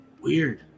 Weird